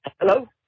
Hello